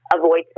avoid